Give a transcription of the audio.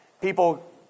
People